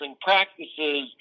practices